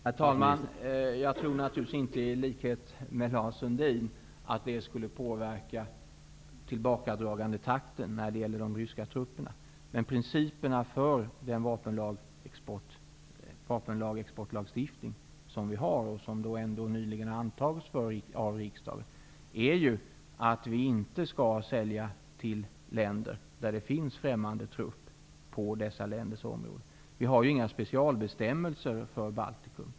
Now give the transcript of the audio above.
Herr talman! Jag tror naturligtvis inte i likhet med Lars Sundin att det skulle påverka takten i tillbakadragandet av de ryska trupperna, men principerna för den vapenexportlagstiftning som vi har och som nyligen har antagits av riksdagen är ju att vi inte skall sälja till länder inom vars område det finns främmande trupp. Vi har inga specialbestämmelser för Baltikum.